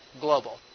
global